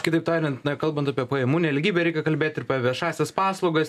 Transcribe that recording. kitaip tariant na kalbant apie pajamų nelygybę reikia kalbėti ir viešąsias paslaugas